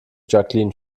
jacqueline